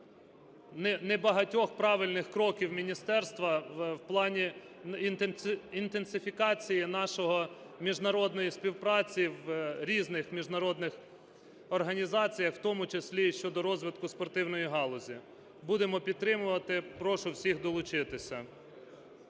небагатьох правильних кроків міністерства в плані інтенсифікації нашої міжнародної співпраці в різних міжнародних організаціях, в тому числі і щодо розвитку спортивної галузі. Будемо підтримувати. Прошу всіх долучитися.